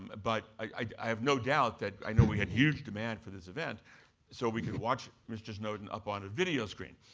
but i have no doubt that, i know we had huge demand for this event so we could watch mr. snowden up on a video screen.